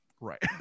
Right